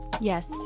Yes